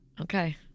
Okay